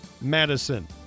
Madison